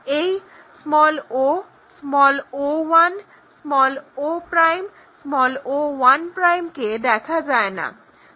এই o o1 o o1 কে দেখা যায় না